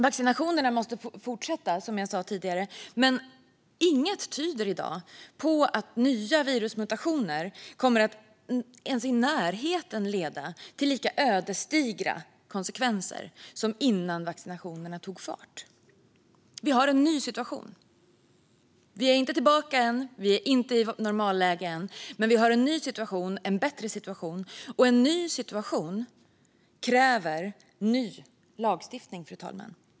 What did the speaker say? Vaccinationerna måste fortsätta, som jag sa tidigare, men inget tyder i dag på att nya virusmutationer kommer att leda till konsekvenser som är ens i närheten av lika ödesdigra som innan vaccinationerna tog fart. Vi har en ny situation. Vi är inte tillbaka än, och vi är inte i normalläge än. Men vi har en ny situation, och en bättre situation. Och en ny situation, fru talman, kräver ny lagstiftning.